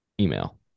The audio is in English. email